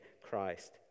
Christ